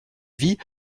vie